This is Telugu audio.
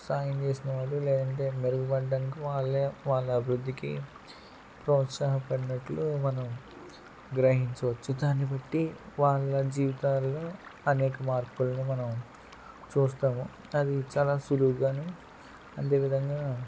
సాయం చేసిన వాళ్లు లేదంటే మెరుగుపడ్డానికి వాళ్లే వాళ్ళ అభివృద్ధికి ప్రోత్సాహపడినట్లు మనం గ్రహించవచ్చు దాన్నిబట్టి వాళ్ళ జీవితాల్లో అనేక మార్పులని మనం చూస్తాము అది చాలా సులువుగాను అంతే విధంగా